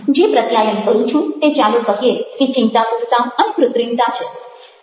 જે પ્રત્યાયન કરું છું તે ચાલો કહીએ કે ચિંતાતુરતા અને કૃત્રિમતા છે